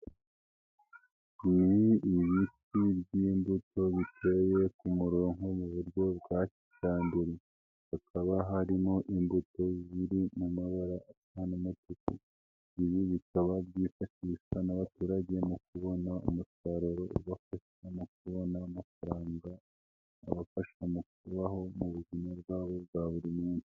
Ni ibiti by'imbuto biteye ku murongo mu buryo bwa kijyambere, hakaba harimo imbuto ziri mu mabara atandukanye, ibi bikaba byifashishwa n'abaturage mu kubona umusaruro ubafasha mu kubona amafaranga, abafasha mu kubaho mu buzima bwabo bwa buri munsi.